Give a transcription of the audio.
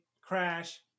crash